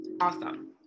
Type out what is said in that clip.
Awesome